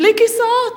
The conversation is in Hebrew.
בלי כיסאות.